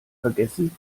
vergessen